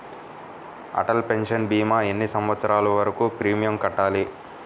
Atal pension భీమా ఎన్ని సంవత్సరాలు వరకు ప్రీమియం కట్టాలి?